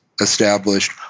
established